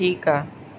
ठीकु आहे